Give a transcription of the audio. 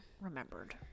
remembered